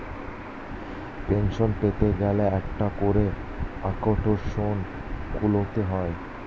pension পেতে গেলে একটা করে অ্যাকাউন্ট খুলতে হয়